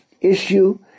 issue